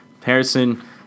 Harrison